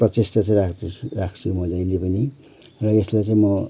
प्रचेष्टा चाहिँ राख्दछु राख्छु जहिले पनि र यसलाई चाहिँ म